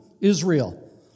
Israel